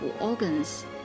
organs